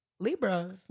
Libra